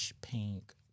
Pink